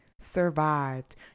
survived